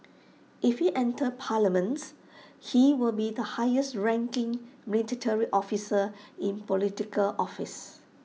if he enters parliament he will be the highest ranking military officer in Political office